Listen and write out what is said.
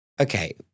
Okay